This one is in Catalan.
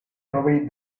rovell